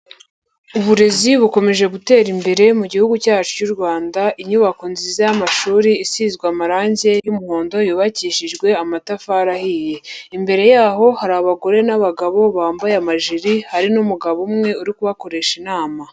Uburezi bukomeje gutera imbere mu gihugu cyacu cy'u Rwanda, inyubako nziza y'amashuri, isizwe amarangi y'umuhondo, yubakishijwe amatafari ahiye. Imbere yaho hari abagore n'abagabo bambaye amajiri, hari n'umugabo umwe uri kubakoresha inama.